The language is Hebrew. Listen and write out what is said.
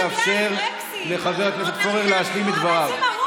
איך נעודד אנשים לעבוד אם נתקע להם כל הזמן ברגליים ברקסים?